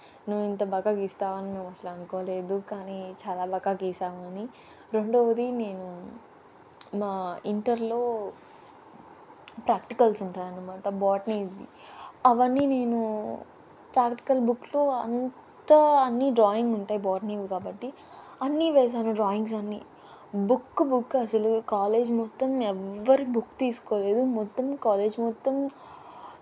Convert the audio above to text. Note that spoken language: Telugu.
నువ్వు ఇంత బాగా గీస్తావని మేము అసలు అనుకోలేదు కానీ చాలా బాగా గీశావని రెండవది నేను మా ఇంటర్లో ప్రాక్టికల్స్ ఉంటాయి అనమాట బోటనీవి అవన్నీ నేను ప్రాక్టికల్ బుక్లో అంతా అన్ని డ్రాయింగ్ ఉంటాయి బోటనీవి కాబట్టి అన్ని వేసాను డ్రాయింగ్స్ అన్ని బుక్కు బుక్కు అసలు కాలేజ్ మొత్తం ఎవ్వరు బుక్ తీసుకోలేదు మొత్తం కాలేజ్ మొత్తం